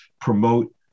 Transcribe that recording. promote